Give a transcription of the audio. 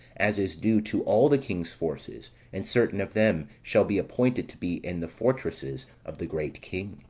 as is due to all the king's forces and certain of them shall be appointed to be in the fortresses of the great king